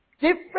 Different